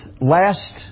last